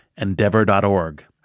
Endeavor.org